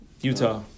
Utah